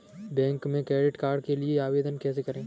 Bank में credit card के लिए आवेदन कैसे करें?